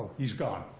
he's gone.